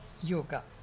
Yoga